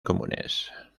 comunes